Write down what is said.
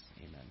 Amen